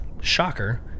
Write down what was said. shocker